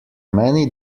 many